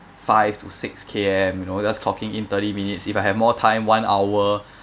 five to six K_M you know just clocking in thirty minutes if I have more time one hour